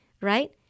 right